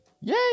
Yay